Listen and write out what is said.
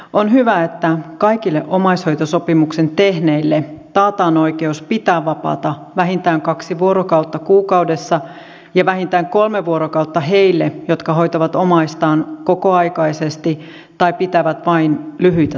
on hyvä että kaikille omaishoitosopimuksen tehneille taataan oikeus pitää vapaata vähintään kaksi vuorokautta kuukaudessa ja vähintään kolme vuorokautta heille jotka hoitavat omaistaan kokoaikaisesti tai pitävät vain lyhyitä taukoja